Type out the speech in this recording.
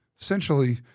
essentially